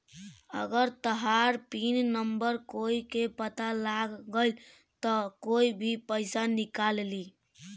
अगर तहार pin number कोई के पता लाग गइल त कोई भी पइसा निकाल ली